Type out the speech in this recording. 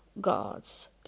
gods